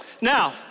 now